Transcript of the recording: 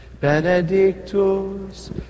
Benedictus